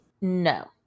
no